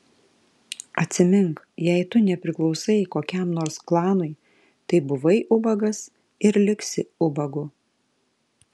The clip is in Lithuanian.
atsimink jei tu nepriklausai kokiam nors klanui tai buvai ubagas ir liksi ubagu